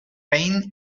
vain